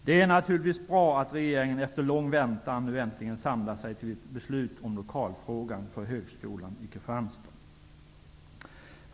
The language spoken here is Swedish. Det är naturligtvis bra att regeringen efter lång väntan nu äntligen samlar sig till ett beslut i frågan om lokal för högskolan i Kristianstad.